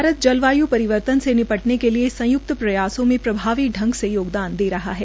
भारत जलवाय् परिवर्तन से निपटने के लिए संयुक्त प्रयासों से प्रभावी ढंग से योगदान दे रहा है